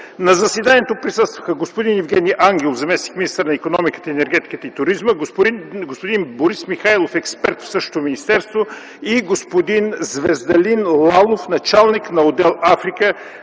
На заседанието присъстваха господин Евгени Ангелов – заместник-министър на икономиката, енергетиката и туризма, господин Борис Михайлов – експерт в същото министерство, и господин Звездалин Лалов – началник на отдел „Африка”